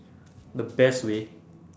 the best way